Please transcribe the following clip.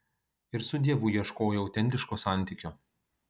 ir su dievu ieškojo autentiško santykio